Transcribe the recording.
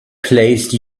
placed